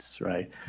right